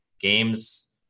games